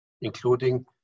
including